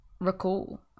recall